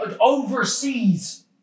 overseas